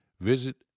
visit